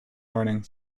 learning